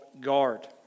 guard